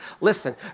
Listen